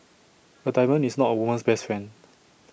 A diamond is not A woman's best friend